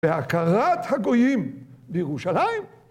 להכרת הגויים בירושלים?